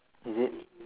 is it